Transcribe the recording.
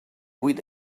vuit